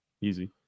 Easy